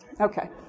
Okay